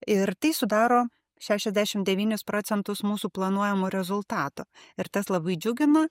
ir tai sudaro šešiasdešimt devynis procentus mūsų planuojamų rezultatų ir tas labai džiugina